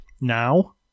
Now